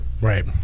Right